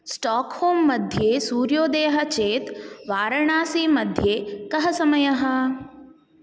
Stockholm मध्ये सूर्योदयः चेत् वारणासी मध्ये कः समयः